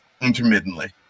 intermittently